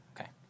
Okay